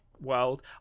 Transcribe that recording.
world